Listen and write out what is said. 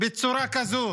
בצורה כזו?